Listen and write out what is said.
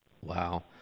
Wow